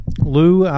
Lou